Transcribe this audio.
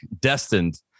destined